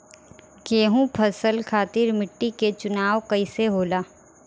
गेंहू फसल खातिर मिट्टी के चुनाव कईसे होला?